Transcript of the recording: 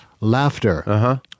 laughter